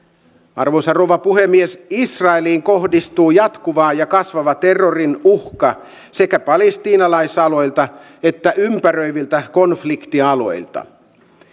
arvoisa rouva puhemies israeliin kohdistuu jatkuva ja kasvava terrorin uhka sekä palestiinalaisalueilta että ympäröiviltä konfliktialueilta